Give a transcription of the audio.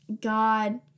God